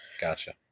Gotcha